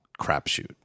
crapshoot